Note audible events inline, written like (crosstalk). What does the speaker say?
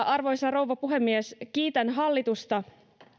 (unintelligible) arvoisa rouva puhemies kiitän hallitusta